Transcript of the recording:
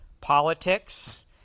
politics